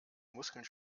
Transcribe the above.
muskeln